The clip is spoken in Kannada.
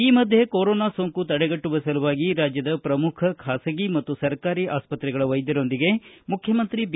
ಈ ಮಧ್ಯೆ ಕೊರೊನಾ ಸೋಂಕು ತಡೆಗಟ್ಟುವ ಸಲುವಾಗಿರಾಜ್ಯದ ಪ್ರಮುಖ ಖಾಸಗಿ ಮತ್ತು ಸರ್ಕಾರಿ ಆಸ್ಪತ್ರೆಗಳ ವೈದ್ಯರೊಂದಿಗೆ ಮುಖ್ಯಮಂತ್ರಿ ಬಿ